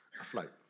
afloat